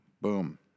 Boom